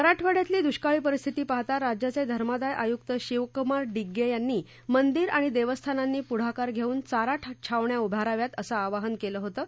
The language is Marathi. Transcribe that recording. मराठवाङ्यातली दुष्काळी परिस्थिती पाहता राज्याचे धर्मादाय आयुक्त शिवकुमार डिग्गे यांनी मंदिरं आणि देवस्थानांनी पुढाकार घेऊन चारा छावण्या उभाराव्यात असं आवाहन केलं होतं